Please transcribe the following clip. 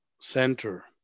center